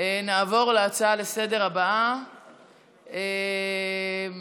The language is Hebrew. נעבור להצעה הבאה לסדר-היום,